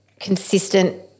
Consistent